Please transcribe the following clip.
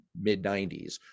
mid-90s